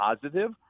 positive